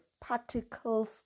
particles